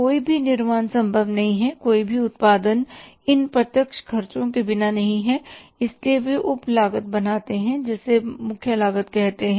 कोई भी निर्माण संभव नहीं है कोई भी उत्पादन इन प्रत्यक्ष खर्चों के बिना नहीं है इसलिए वे उप लागत बनाते हैं जिसे मुख्य लागत कहते हैं